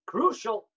Crucial